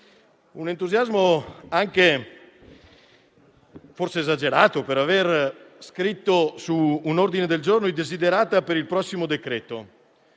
un entusiasmo forse esagerato per aver scritto, su un ordine del giorno, i *desiderata* per il prossimo decreto-legge.